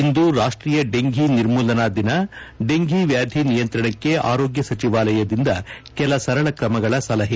ಇಂದು ರಾಷ್ಷೀಯ ಡೆಂಫಿ ನಿರ್ಮೂಲನಾ ದಿನ ಡೆಂಫಿ ವ್ಯಾಧಿ ನಿಯಂತ್ರಣಕ್ಕೆ ಆರೋಗ್ಯ ಸಚೆವಾಲಯದಿಂದ ಕೆಲ ಸರಳ ಕ್ರಮಗಳ ಸಲಹೆ